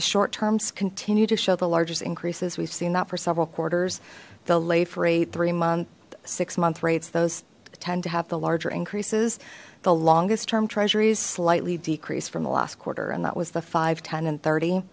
the short terms continue to show the largest increases we've seen that for several quarters they'll lay for a three month six month rates those tend to have the larger increases the longest term treasuries slightly decrease from the last quarter and that was the five ten and thirty